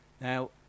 Now